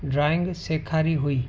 drawing सेखारी हुई